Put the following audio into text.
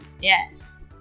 Yes